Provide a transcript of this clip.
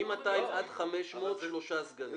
מ-200,000 עד 500,000 שלושה סגנים,